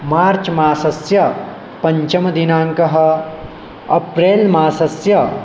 मार्चमासस्य पञ्चमदिनाङ्कः अप्रेलमासस्य